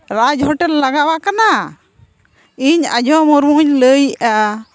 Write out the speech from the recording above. ᱨᱟᱡᱽ hotel ᱞᱟᱜᱟᱣ ᱟᱠᱟᱱᱟ ᱤᱧ ᱟᱡᱷᱳ ᱢᱩᱨᱢᱩᱧ ᱞᱟᱹᱭᱮᱫᱼᱟ